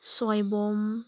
ꯁꯣꯏꯕꯨꯝ